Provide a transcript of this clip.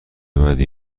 بدی